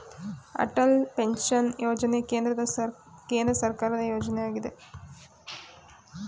Atal pension ಯೋಜನೆ ಕೇಂದ್ರ ಸರ್ಕಾರದ ಯೋಜನೆಯಗಿದೆ